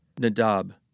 Nadab